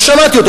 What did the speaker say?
ושמעתי אותו,